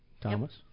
Thomas